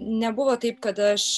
nebuvo taip kad aš